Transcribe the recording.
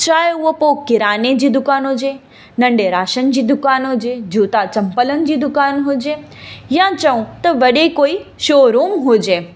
चाहे उहो पोइ किराने जी दुकान हुजे नंढे राशन जी दुकान हुजे जूता चंपलनि जी दुकान हुजे या चऊं त वॾे कोई शोरूम हुजे